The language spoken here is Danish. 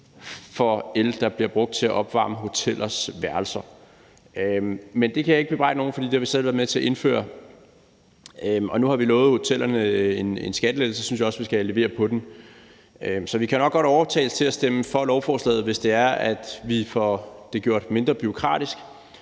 for el, der bliver brugt til at opvarme hotellers værelser. Men det kan jeg ikke bebrejde nogen, for det har vi selv været med til at indføre, og nu har vi lovet hotellerne en skattelettelse, og så synes jeg også, at vi skal levere på det. Så vi kan nok godt overtales til at stemme for lovforslaget, hvis vi får gjort det mindre bureaukratisk.